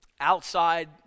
outside